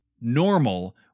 normal